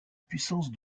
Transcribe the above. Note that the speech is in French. puissance